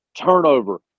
Turnover